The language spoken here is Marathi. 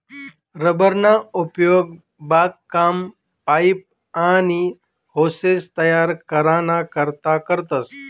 रबर ना उपेग बागकाम, पाइप, आनी होसेस तयार कराना करता करतस